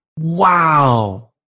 wow